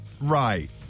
Right